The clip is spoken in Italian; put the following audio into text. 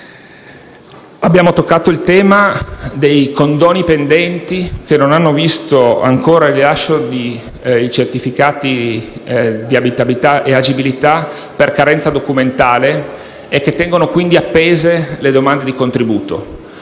e affrontato il tema dei condoni pendenti, che non hanno ancora visto il rilascio di certificati di abitabilità e agibilità per carenza documentale e che tengono quindi appese le domande di contributo.